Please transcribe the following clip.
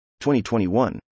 2021